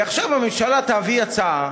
ועכשיו הממשלה תביא הצעה,